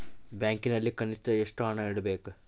ಬ್ಯಾಂಕಿನಲ್ಲಿ ಕನಿಷ್ಟ ಎಷ್ಟು ಹಣ ಇಡಬೇಕು?